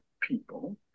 people